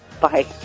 bye